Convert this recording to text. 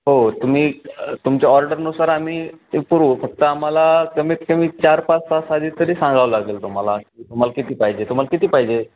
हो तुम्ही तुमचे ऑर्डरनुसार आम्ही ते पुरवू फक्त आम्हाला कमीत कमी चार पाच तास आधी तरी सांगावं लागेल तुम्हाला तुम्हाला किती पाहिजे तुम्हाला किती पाहिजे